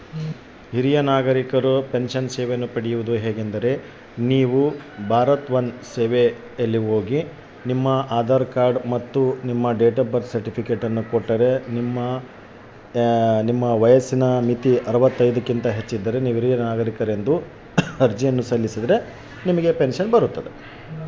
ಹಿರಿಯ ನಾಗರಿಕರಿಗೆ ಪೆನ್ಷನ್ ಸೇವೆಯನ್ನು ಪಡೆಯುವುದು ಹೇಗೆ?